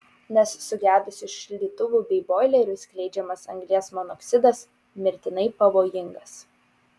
nes sugedusių šildytuvų bei boilerių skleidžiamas anglies monoksidas mirtinai pavojingas